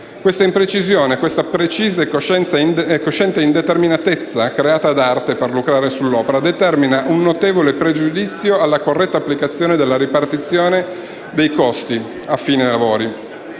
Questa imprecisione, questa precisa e cosciente indeterminatezza creata ad arte per lucrare sull'opera determina un notevole pregiudizio alla corretta applicazione della ripartizione dei costi a fine lavori